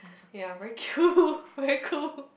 ya very cool very cool